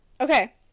Okay